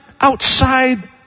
outside